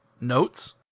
Notes